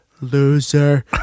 loser